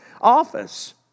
office